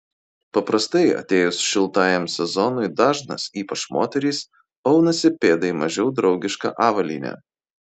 paprastai atėjus šiltajam sezonui dažnas ypač moterys aunasi pėdai mažiau draugišką avalynę